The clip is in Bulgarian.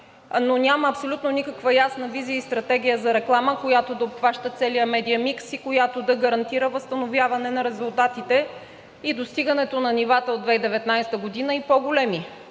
Няма абсолютно никаква ясна визия и стратегия за реклама, която да обхваща целия медиен микс и която да гарантира възстановяването на резултатите и достигането на нивата от 2019 г. и по-големи.